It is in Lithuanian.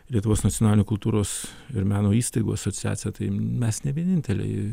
lietuvos nacionalinių kultūros ir meno įstaigų asociaciją tai mes ne vieninteliai